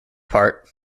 part